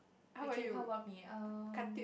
okay how about me um